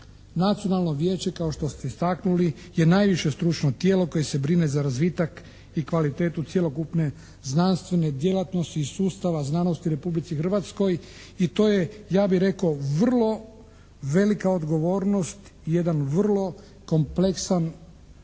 Nacionalno vijeće, kao što ste istaknuli, je najviše stručno tijelo koje se brine za razvitak i kvalitetu cjelokupne znanstvene djelatnosti iz sustava znanosti u Republici Hrvatskoj i to je, ja bi rekao, vrlo velika odgovornost i jedan vrlo kompleksan